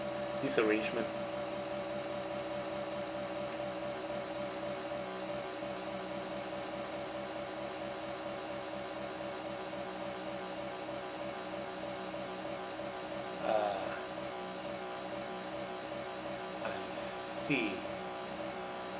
this arrangement uh I see